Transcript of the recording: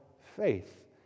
faith